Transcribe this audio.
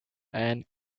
and